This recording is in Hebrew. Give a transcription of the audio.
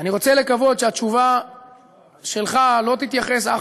אני רוצה לקוות שהתשובה שלך לא תתייחס אך